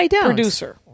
producer